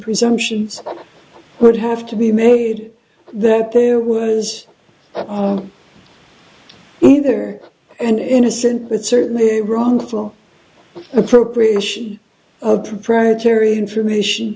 presumptions would have to be made that there were as either an innocent but certainly a wrongful appropriation of proprietary information